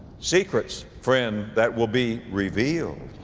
secrets friend, that will be revealed.